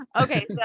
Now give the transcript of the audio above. Okay